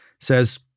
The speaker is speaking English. says